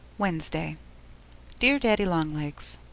wednesday dear daddy-long-legs,